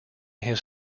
his